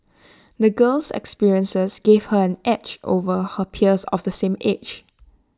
the girl's experiences gave her an edge over her peers of the same age